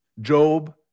Job